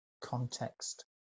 context